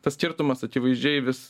tas skirtumas akivaizdžiai vis